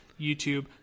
YouTube